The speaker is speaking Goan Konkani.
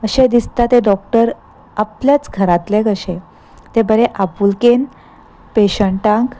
अशें दिसता ते डॉक्टर आपल्याच घरांतले कशे ते बरे आपुलकेन पेशंटांक